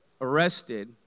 arrested